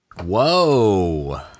Whoa